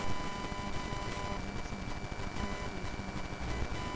अलसी का उत्पादन समशीतोष्ण प्रदेश में होता है